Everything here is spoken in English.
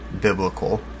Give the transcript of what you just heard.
biblical